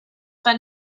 but